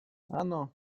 ano